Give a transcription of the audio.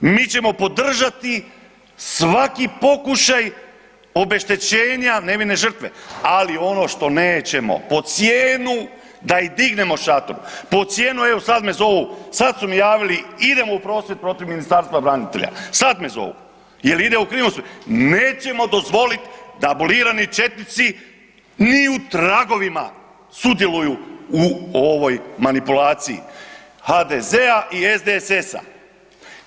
Mi ćemo podržati svaki pokušaj obeštećenja nevine žrtve, ali ono što nećemo po cijenu da i dignemo šator, po cijenu, evo sad me zovu, sad su mi javili idemo u prosvjed protiv Ministarstva branitelja, sad me zovu, jel ide u krivom …, nećemo dozvoliti da abolirani četnici ni u tragovima sudjeluju u ovoj manipulaciji HDZ-a i SDSS-a.